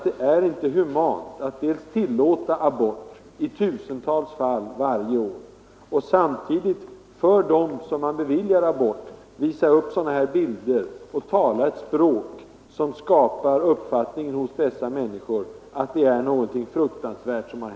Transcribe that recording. Det är inte humant att tillåta abort i tusentals fall varje år och samtidigt för dem som man beviljar abort visa upp sådana här bilder och tala ett språk som skapar uppfattningen hos dessa människor att det är någonting fruktansvärt som hänt.